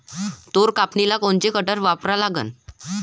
तूर कापनीले कोनचं कटर वापरा लागन?